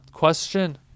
question